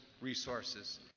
resources